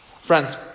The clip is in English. Friends